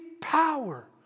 power